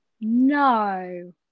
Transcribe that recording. no